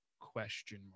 question